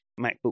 MacBook